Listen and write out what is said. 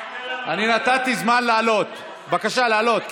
אני נתתי זמן לעלות, בבקשה לעלות.